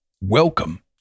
Welcome